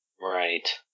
Right